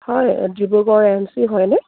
হয় Dibrugarh A M C হয়নে